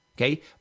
okay